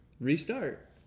restart